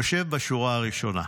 יושב בשורה הראשונה.